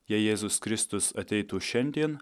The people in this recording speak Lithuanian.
jei jėzus kristus ateitų šiandien